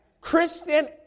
Christian